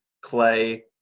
Clay